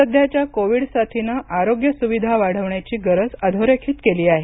सध्याच्या कोविड साथीनं आरोग्य सुविधा वाढवण्याची गरज अधोरेखित केली आहे